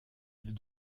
elle